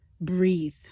breathe